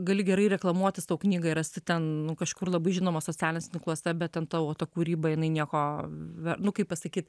gali gerai reklamuotis tavo knygą rasi ten nu kažkur labai žinoma socialiniuose tinkluose bet ant tavo kūryba jinai nieko ve nu kaip pasakyt